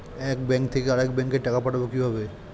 এক ব্যাংক থেকে আরেক ব্যাংকে টাকা পাঠাবো কিভাবে?